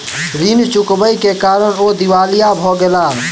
ऋण चुकबै के कारण ओ दिवालिया भ गेला